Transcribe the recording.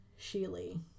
Sheely